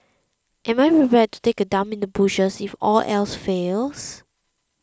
am I prepared to take a dump in the bushes if all else fails